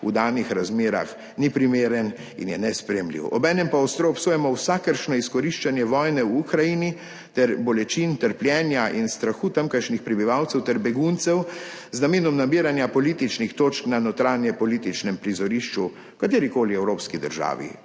v danih razmerah ni primeren in je nesprejemljiv, obenem pa ostro obsojamo vsakršno izkoriščanje vojne v Ukrajini ter bolečin, trpljenja in strahu tamkajšnjih prebivalcev ter beguncev z namenom nabiranja političnih točk na notranjepolitičnem prizorišču v katerikoli evropski državi.